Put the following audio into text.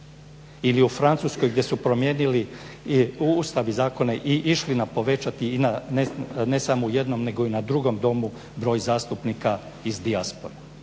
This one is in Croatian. Ili u Francuskoj gdje su promijenili i Ustav i zakone i išli na povećanje ne samo u jednom nego i na drugom Domu broj zastupnika iz dijaspore.